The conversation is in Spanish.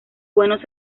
buenos